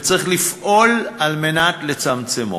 וצריך לפעול לצמצמו.